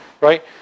right